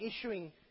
issuing